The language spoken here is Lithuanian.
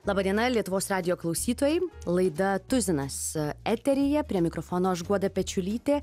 laba diena lietuvos radijo klausytojai laida tuzinas eteryje prie mikrofono aš guoda pečiulytė